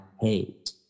hate